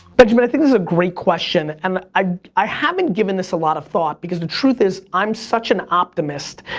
benjamin, i think this is a great question. and i i haven't given this a lot of thought because the truth is, i'm such an optimist.